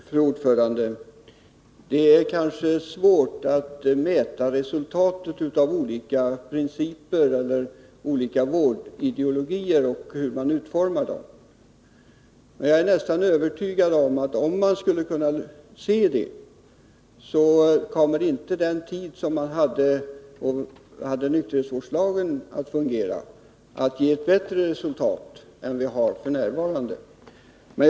Fru talman! Det är kanske svårt att mäta resultatet av olika vårdideologier och hur de utformas i praktiken. Men jag är nästan övertygad om att om man skulle kunna göra det, skulle inte nykterhetsvårdslagen som den fungerade ge ett bättre resultat än vad som f. n. sker.